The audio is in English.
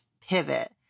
pivot